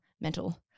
mental